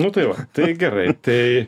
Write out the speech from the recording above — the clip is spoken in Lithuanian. nu tai va tai gerai tai